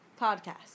podcast